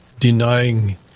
Denying